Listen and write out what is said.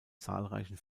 zahlreichen